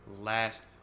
last